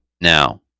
Now